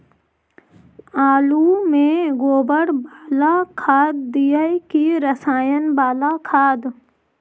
आलु में गोबर बाला खाद दियै कि रसायन बाला खाद?